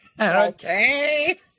Okay